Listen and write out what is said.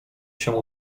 się